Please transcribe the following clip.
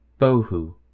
Bohu